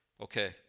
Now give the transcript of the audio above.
Okay